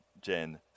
Jen